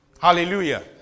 Hallelujah